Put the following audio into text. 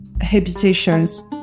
habitations